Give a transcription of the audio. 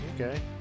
Okay